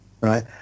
right